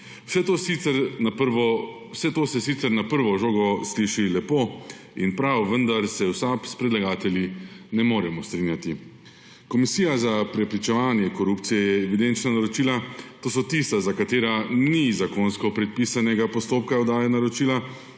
Vse to se sicer na prvo žogo sliši lepo in prav, vendar se v SAB s predlagatelji ne moremo strinjati. Komisija za preprečevanje korupcije je evidenčna naročila, to so tista, za katera ni zakonsko predpisanega postopka oddaje naročila,